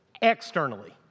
externally